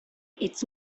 its